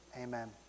Amen